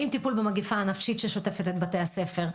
עם טיפול במגפה הנפשית ששוטפת את בתי הספר.